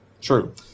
True